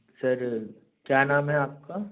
sir क्या नाम है आपका